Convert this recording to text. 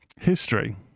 history